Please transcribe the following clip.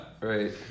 right